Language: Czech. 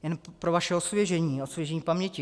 Jen pro vaše osvěžení, osvěžení paměti.